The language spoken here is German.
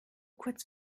kurz